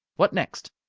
what next?